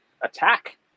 attack